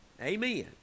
Amen